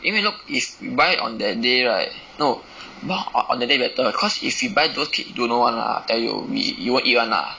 因为 look if buy on that day right no buy on that day better cause if you buy those cake you don't know [one] lah I tell you we you won't eat [one] lah